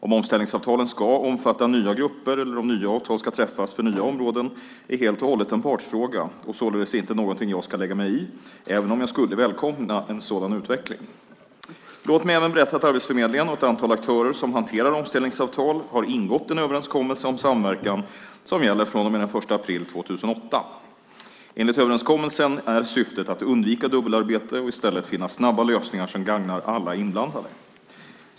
Om omställningsavtalen ska omfatta nya grupper eller om nya avtal ska träffas för nya områden är helt och hållet en partsfråga och således inte någonting jag ska lägga mig i, även om jag skulle välkomna en sådan utveckling. Låt mig även berätta att Arbetsförmedlingen och ett antal aktörer som hanterar omställningsavtal har ingått en överenskommelse om samverkan som gäller från och med den 1 april 2008. Enligt överenskommelsen är syftet att undvika dubbelarbete och i stället finna snabba lösningar som gagnar alla inblandade.